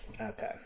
Okay